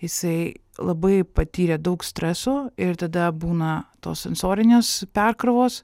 jisai labai patyrė daug streso ir tada būna tos sensorinės perkrovos